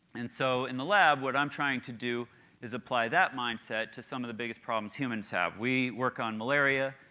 and so in the lab what i'm trying to do is apply that mindset to some of the biggest problems humans have. we work on malaria,